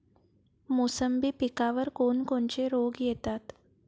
मोसंबी पिकावर कोन कोनचे रोग येतात?